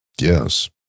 Yes